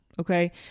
Okay